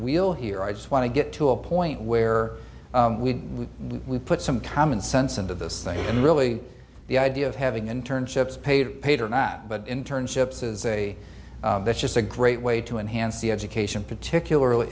wheel here i just want to get to a point where we we put some common sense into this thing and really the idea of having interned chips paid paid or not but in turn chips is a that's just a great way to enhance the education particularly